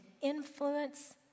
influence